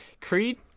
Creed